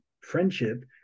friendship